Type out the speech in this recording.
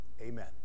Amen